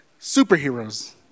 superheroes